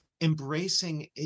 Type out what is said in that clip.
embracing